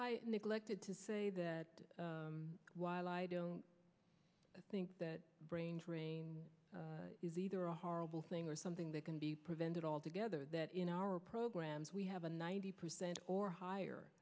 i neglected to say that while i don't think that brain drain is either a horrible thing or something that can be prevented altogether that in our programs we have a ninety percent or higher